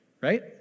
right